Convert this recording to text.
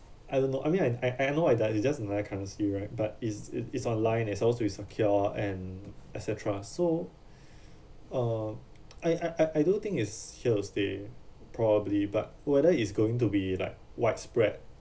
I don't know I mean I I know ah that it's just another currency right but is it it's online it's supposed to be secure and et cetera so uh I I I I don't think is here to stay probably but whether it's going to be like widespread